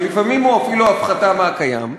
שלפעמים הוא אפילו הפחתה מהקיים,